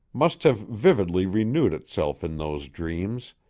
must have vividly renewed itself in those dreams,